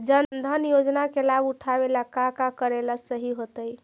जन धन योजना के लाभ उठावे ला का का करेला सही होतइ?